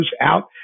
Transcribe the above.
out